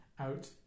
out